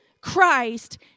Christ